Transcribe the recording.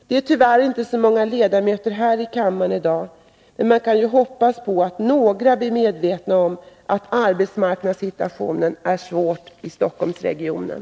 Det är tyvärr inte så många ledamöter här i kammaren i dag, men man kan ju hoppas på att några blir medvetna om att arbetsmarknadssituationen är svår i Stockholmsregionen.